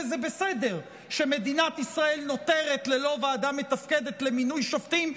וזה בסדר שמדינת ישראל נותרת ללא ועדה מתפקדת למינוי שופטים,